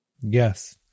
Yes